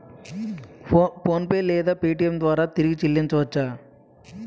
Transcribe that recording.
PhonePe లేదా Paytm ద్వారా తిరిగి చల్లించవచ్చ?